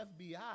FBI